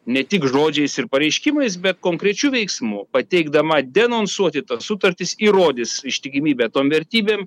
ne tik žodžiais ir pareiškimais bet konkrečiu veiksmu pateikdama denonsuoti sutartis įrodys ištikimybę tom vertybėm